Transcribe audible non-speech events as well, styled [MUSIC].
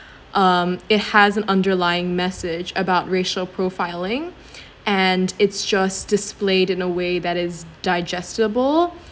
animals [BREATH] um it has an underlying message about racial profiling [BREATH] and it's just displayed in a way that is digestible